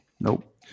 Nope